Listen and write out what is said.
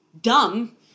dumb